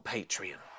Patreon